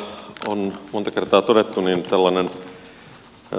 kuten täällä on monta kertaa todettu tällainen